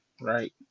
right